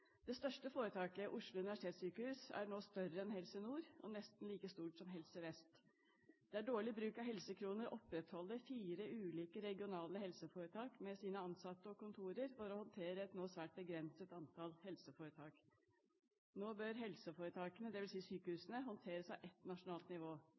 Det største foretaket, Oslo universitetssykehus, er nå større enn Helse Nord og nesten like stort som Helse Vest. Det er dårlig bruk av helsekroner å opprettholde fire ulike regionale helseforetak med ansatte og kontorer for å håndtere et nå svært begrenset antall helseforetak. Nå bør helseforetakene, dvs. sykehusene, håndteres av ett nasjonalt nivå.